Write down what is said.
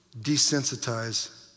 desensitize